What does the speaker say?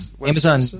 Amazon